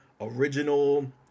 original